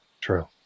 True